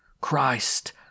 Christ